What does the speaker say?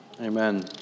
Amen